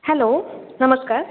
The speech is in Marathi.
हॅलो नमस्कार